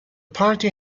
party